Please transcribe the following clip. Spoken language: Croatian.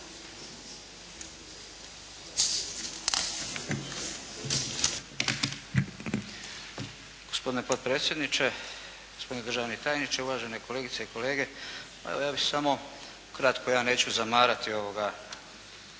Gospodine potpredsjedniče, gospodine državni tajniče, uvažene kolegice i kolege. Ma evo ja bih samo kratko, ja neću zamarati ovaj